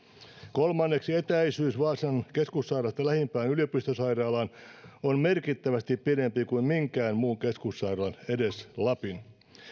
kolmanneksi etäisyys vaasan keskussairaalasta lähimpään yliopistosairaalaan on merkittävästi pidempi kuin minkään muun keskussairaalan edes lapin